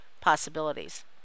Possibilities